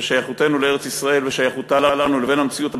שייכותנו לארץ-ישראל ושייכותה לנו לבין המציאות הביטחונית,